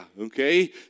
Okay